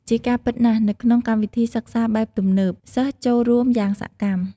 ជាការពិតណាស់ នៅក្នុងកម្មវិធីសិក្សាបែបទំនើប សិស្សចូលរួមយ៉ាងសកម្ម។